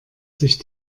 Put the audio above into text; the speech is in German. sich